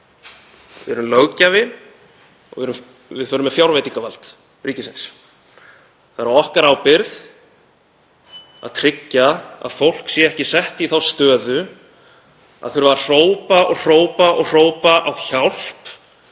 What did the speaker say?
Við erum löggjafi og við förum með fjárveitingavald ríkisins. Það er á okkar ábyrgð að tryggja að fólk sé ekki sett í þá stöðu að þurfa að hrópa á hjálp